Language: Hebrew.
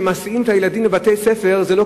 שמסיעים את הילדים לבתי-הספר.